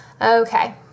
Okay